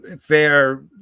Fair